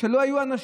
כשלא היו אנשים,